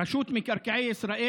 רשות מקרקעי ישראל